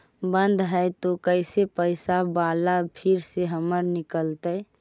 बन्द हैं त कैसे पैसा बाला फिर से हमर निकलतय?